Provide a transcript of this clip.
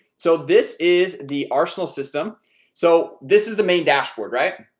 so this is the arsenal system so this is the main dashboard, right?